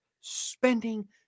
spending